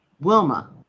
Wilma